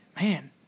man